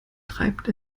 treibt